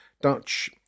Dutch